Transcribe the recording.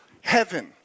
heaven